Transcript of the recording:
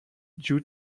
due